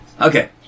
Okay